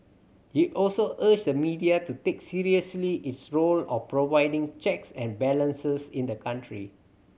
he also urged the media to take seriously its role of providing checks and balances in the country